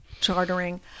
chartering